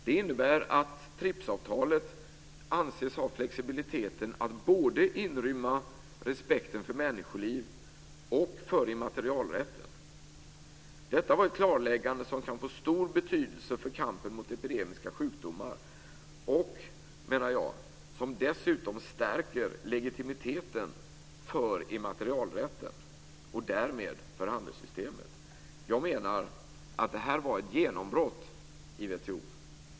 Det innebär att TRIPS-avtalet anses ha flexibiliteten att både inrymma respekten för människoliv och för immaterialrätten. Detta var ett klarläggande som kan få stor betydelse för kampen mot epidemiska sjukdomar och, menar jag, som dessutom stärker legitimiteten för immaterialrätten och därmed för handelssystemet. Jag menar att detta var ett genombrott i WTO.